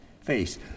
face